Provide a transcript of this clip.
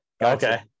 Okay